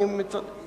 אתה אומר את